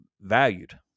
valued